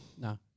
No